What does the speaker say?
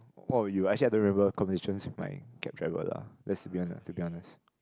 what were you actually I don't remember conversations with my Grab driver lah let's be honest to be honest